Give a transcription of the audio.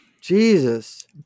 Jesus